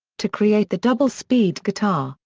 to create the double speed guitar,